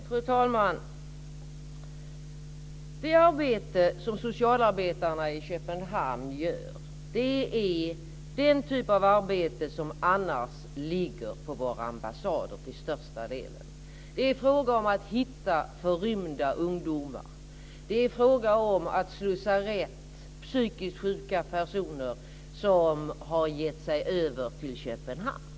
Fru talman! Det arbete som socialarbetarna i Köpenhamn gör är den typ av arbete som annars till största delen ligger på våra ambassader. Det är fråga om att hitta förrymda ungdomar och om att slussa psykiskt sjuka personer rätt som gett sig av till Köpenhamn.